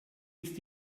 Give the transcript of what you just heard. ist